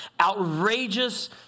Outrageous